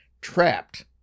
trapped